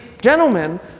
gentlemen